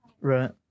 right